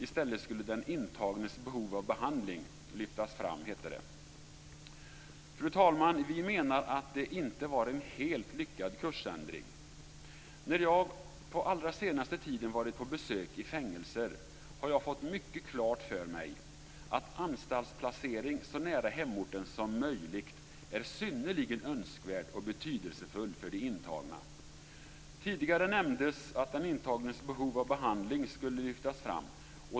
I stället skulle den intagnes behov av behandling lyftas fram, hette det. Fru talman! Vi menar att det inte var en helt lyckad kursändring. När jag på senaste tiden varit på besök i fängelser har jag fått mycket klart för mig att anstaltsplacering så nära hemorten som möjligt är synnerligen önskvärt och betydelsefullt för de intagna. Tidigare nämndes att den intagnes behov av behandling skulle lyftas fram.